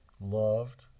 loved